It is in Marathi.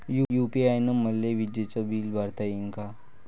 यू.पी.आय न मले विजेचं बिल भरता यीन का?